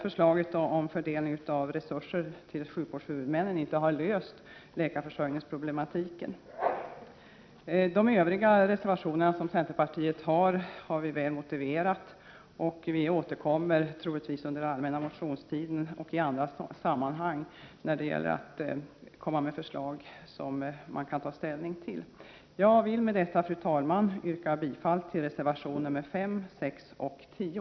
Förslaget om fördelning av resurser till sjukvårdshuvudmännen har inte löst problemen med läkarförsörjningen. Centerpartiets övriga reservationer har vi motiverat väl. Vi återkommer troligtvis under allmänna motionstiden och i andra sammanhang när det gäller att komma med förslag som man kan ta ställning till. Fru talman! Jag vill med detta yrka bifall till reservationerna 5, 6 och 10.